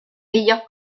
meilleures